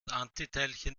antiteilchen